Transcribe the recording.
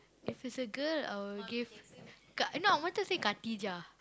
if it's a girl I would give ka~ no I wanted to say Khadijah